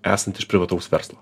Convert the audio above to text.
esant iš privataus verslo